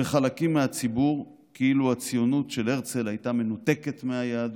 בחלקים מהציבור כאילו הציונות של הרצל הייתה מנותקת מהיהדות,